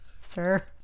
sir